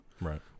Right